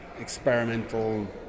experimental